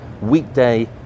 weekday